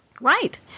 Right